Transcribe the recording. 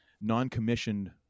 non-commissioned